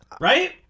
right